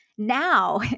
now